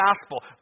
gospel